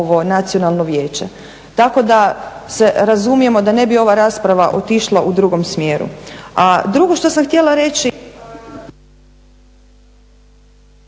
ovo Nacionalno vijeće. Tako da se razumijemo da ne bi ova rasprava otišla u drugom smjeru. A drugo što sam htjela reći